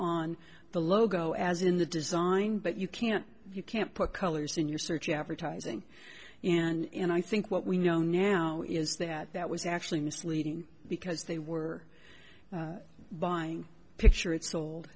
on the logo as in the design but you can't you can't put colors in your search advertising and i think what we know now is that that was actually misleading because they were buying picture it sold